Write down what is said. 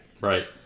Right